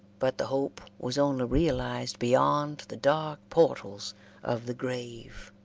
but the hope was only realized beyond the dark portals of the grave.